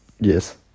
Yes